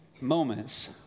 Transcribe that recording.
moments